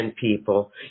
people